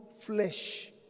flesh